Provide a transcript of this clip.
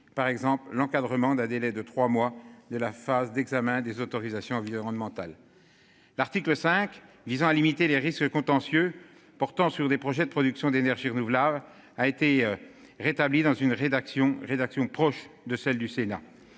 par exemple l'encadrement d'un délai de 3 mois de la phase d'examen des autorisations environnementales. L'article 5 visant à limiter les risques contentieux portant sur des projets de production d'énergie renouvelable a été rétablie dans une rédaction rédaction proche de celle du Sénat